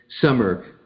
summer